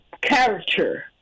character